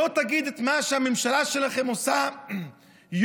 בוא תגיד את מה שהממשלה שלכם עושה יום-יום